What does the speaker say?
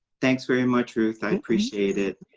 thanks very much ruth, i appreciate it.